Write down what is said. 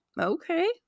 Okay